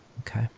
Okay